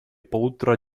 полутора